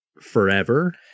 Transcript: forever